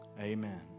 Amen